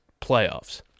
playoffs